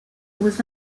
was